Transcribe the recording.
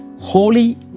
holy